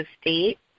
state